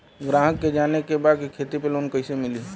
ग्राहक के जाने के बा की खेती पे लोन कैसे मीली?